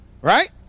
right